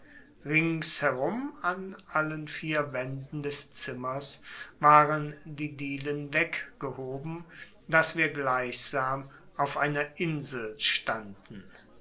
herum an allen vier wänden des zimmers waren die dielen weggehoben daß wir gleichsam auf einer insel standen